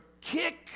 kick